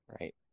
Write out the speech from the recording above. Right